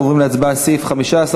אנחנו עוברים להצבעה על סעיף 15,